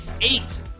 Eight